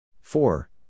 four